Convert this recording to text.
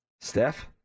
Steph